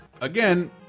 again